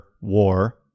war